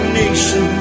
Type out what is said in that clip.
nation